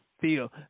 feel